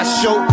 show